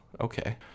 okay